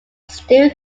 still